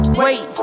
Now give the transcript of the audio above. wait